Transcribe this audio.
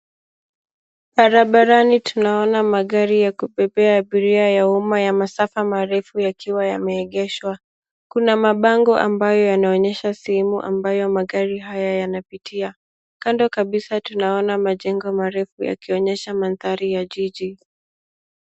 Barabarani tunaona magari ya kubebea abiria ya umma ya masafa marefu yakiwa yameegeshwa. Kuna mabango ambayo yanaonyesha sehemu ambayo magari haya yanapitia. Kando kabisa tunaona majengo marefu yakionyesha mandhari ya jiji.